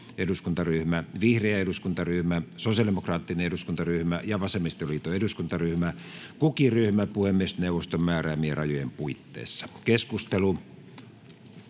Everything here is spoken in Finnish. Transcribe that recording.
-eduskuntaryhmä, vihreä eduskuntaryhmä, sosiaalidemokraattinen eduskuntaryhmä ja vasemmistoliiton eduskuntaryhmä, kukin ryhmä puhemiesneuvoston määräämien rajojen puitteissa. [Speech